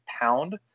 pound